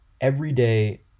everyday